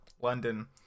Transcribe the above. London